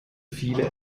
viele